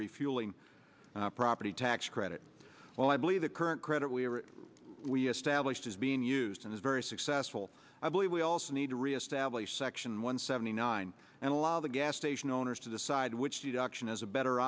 refuelling property tax credit well i believe the current credit we are we established is being used and is very successful i believe we also need to reestablish section one seventy nine and allow the gas station owners to decide which deduction is a better